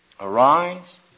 Arise